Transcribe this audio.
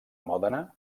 mòdena